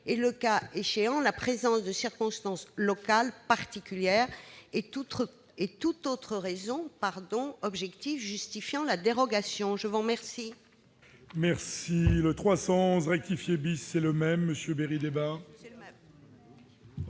; le cas échéant, la présence de circonstances locales particulières ; toute autre raison objective justifiant la dérogation. La parole